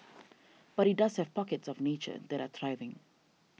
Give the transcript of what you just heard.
but it does have pockets of nature that are thriving